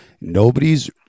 nobody's